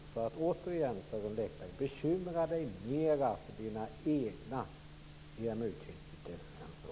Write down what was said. Återigen vill jag säga till Sören Lekberg att han borde bekymra sig mer för sina egna EMU-kritiker än för oss.